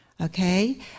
okay